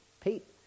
Pete